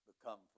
become